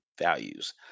values